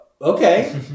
Okay